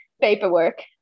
paperwork